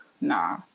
Nah